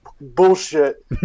bullshit